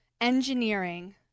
engineering